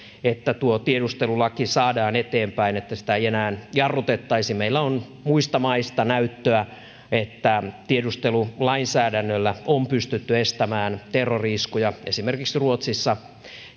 että tuo tiedustelulaki saadaan eteenpäin että sitä ei enää jarrutettaisi meillä on muista maista näyttöä että tiedustelulainsäädännöllä on pystytty estämään terrori iskuja esimerkiksi ruotsissa